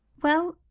well,